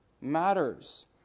matters